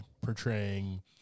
portraying